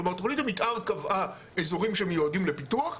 כלומר תוכנית המתאר קבעה אזורים שמיועדים לפיתוח,